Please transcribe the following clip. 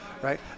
Right